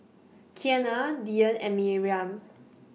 Kianna Dyan and Miriam